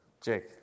Jake